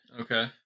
Okay